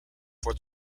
for